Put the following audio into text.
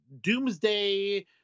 doomsday